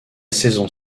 saison